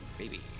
Baby